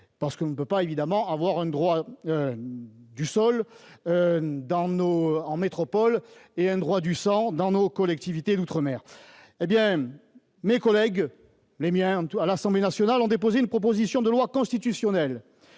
On ne peut évidemment pas avoir un droit du sol en métropole et un droit du sang dans nos collectivités d'outre-mer. Mes collègues à l'Assemblée nationale ont déposé une proposition de loi constitutionnelle